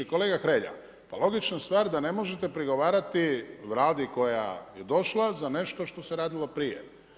Kolega Hrelja, pa logična stvar da ne možete prigovarati vladi koja je došla za nešto što se radilo prije.